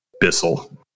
Bissell